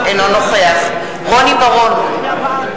אינו נוכח רוני בר-און,